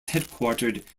headquartered